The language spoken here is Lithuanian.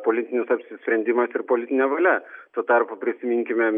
politinis apsisprendimas ir politinė valia tuo tarpu prisiminkime